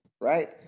right